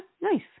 Nice